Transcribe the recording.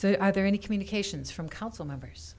so are there any communications from council members